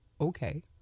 okay